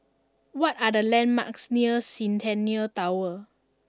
what are the landmarks near Centennial Tower